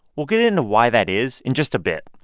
we'll get into why that is in just a bit.